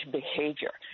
behavior